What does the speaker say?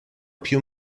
più